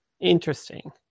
Interesting